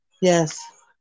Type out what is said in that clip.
Yes